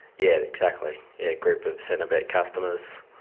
yeah exactly, a group of centrebet customers.